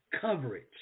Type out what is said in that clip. coverage